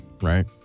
right